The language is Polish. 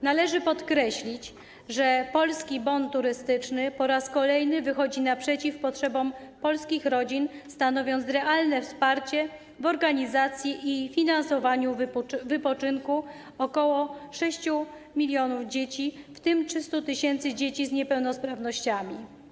Należy podkreślić, że polski bon turystyczny po raz kolejny wychodzi naprzeciw potrzebom polskich rodzin, stanowiąc realne wsparcie w organizacji i finansowaniu wypoczynku ok. 6 mln dzieci, w tym 300 tys. dzieci z niepełnosprawnościami.